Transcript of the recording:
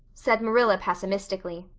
said marilla pessimistically.